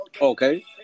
Okay